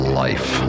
life